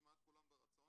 נשמע את כולם ברצון.